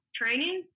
training